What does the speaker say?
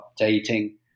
updating